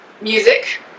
music